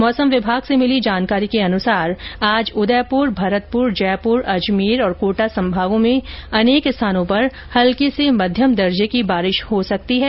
मौसम विभाग से मिली जानकारी के अनुसार आज उदयपुर भरतपुर जयपुर अजमेर और कोटा संभाग में अनेक स्थानों पर हल्की से मध्यम दर्जे की बारिश होने की संभावना है